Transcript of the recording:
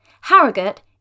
Harrogate